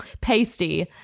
pasty